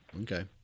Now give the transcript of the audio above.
Okay